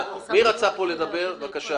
אני מנכ"ל אחת